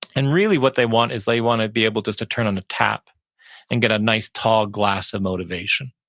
and really what they want is they want to be able just to turn on the tap and get a nice tall glass of motivation,